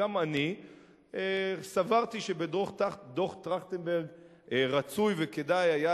שגם אני סברתי שבדוח-טרכטנברג רצוי וכדאי היה